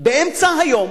באמצע היום,